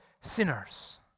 sinners